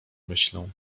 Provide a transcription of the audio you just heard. myślę